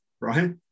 right